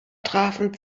trafen